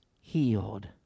healed